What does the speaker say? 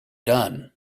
done